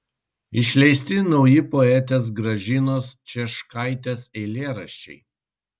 išleisti nauji poetės gražinos cieškaitės eilėraščiai